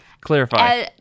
clarify